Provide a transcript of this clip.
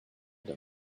d’un